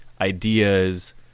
ideas